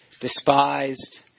despised